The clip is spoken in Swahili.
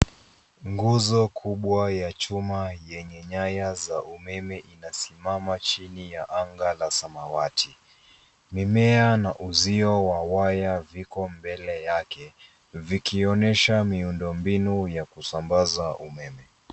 Nguzo kubwa ya chuma yenye nyaya za umeme inasimama chini ya anga la samawati. Mimea na uzio wa wanya viko mbele yake vikionyesha miundo mbinu ya kusambaza umeme.